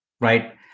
right